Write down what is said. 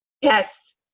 Yes